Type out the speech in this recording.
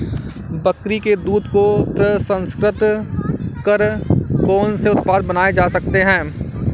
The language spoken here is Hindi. बकरी के दूध को प्रसंस्कृत कर कौन से उत्पाद बनाए जा सकते हैं?